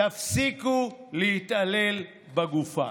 תפסיקו להתעלל בגופה.